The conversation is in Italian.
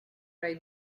rai